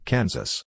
Kansas